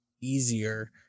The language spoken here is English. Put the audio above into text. easier